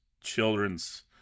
children's